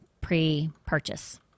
pre-purchase